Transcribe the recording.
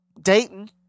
Dayton